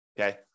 okay